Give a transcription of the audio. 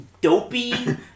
dopey